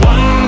One